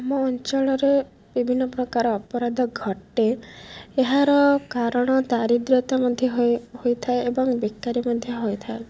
ଆମ ଅଞ୍ଚଳରେ ବିଭିନ୍ନ ପ୍ରକାର ଅପରାଧ ଘଟେ ଏହାର କାରଣ ଦାରିଦ୍ର୍ୟତା ମଧ୍ୟ ହୋଇଥାଏ ଏବଂ ବେକାରୀ ମଧ୍ୟ ହୋଇଥାଏ